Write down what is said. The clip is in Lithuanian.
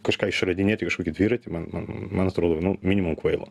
kažką išradinėti kažkokį dviratį man man man atrodo nu minimum kvaila